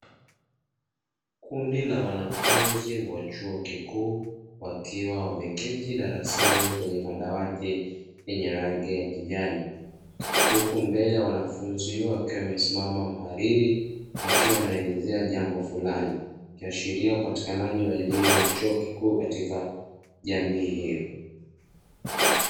Kundi la wanafunzi wa chuo kikuu wakiwa, wameketi darasani kwenye madawati yenye rangi ya kijani, huku mbele wanafunzi wakiwa wamesimama, mwadhiri akiwa anaelezea jambo fulani, ikiashiria upatikanaji wa elimu ya chuo kikuu katika jamii hiyo.